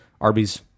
Arby's